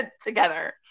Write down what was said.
together